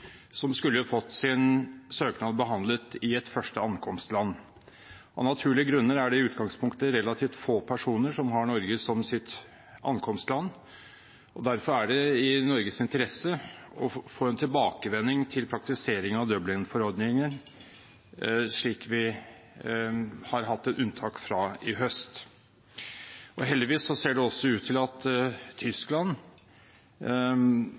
som skulle fått sin søknad behandlet i et første ankomstland. Av naturlige grunner er det i utgangspunktet relativt få personer som har Norge som sitt første ankomstland. Derfor er det i Norges interesse å få en tilbakevending til praktisering av Dublin-forordningen, som vi har hatt et unntak fra i høst. Heldigvis ser det ut til at også Tyskland